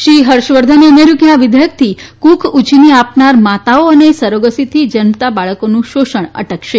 શ્રી વર્ધને ઉમેર્યુ હતું કે આ વિધેયકથી કુખ ઉછીની આપનારી માતાઓ અને સરોગસીથી જન્મતા બાળકોનું શોષણ અટકશે